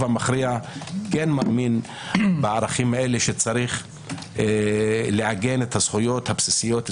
המכריע מאמין בערכים האלה שיש לעגן את הזכויות הבסיסיות,